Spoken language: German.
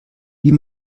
wie